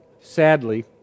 Sadly